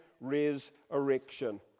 resurrection